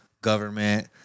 Government